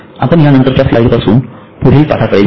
आपण या नंतरच्या स्लाइड पासून पुढील पाठाकडे जावू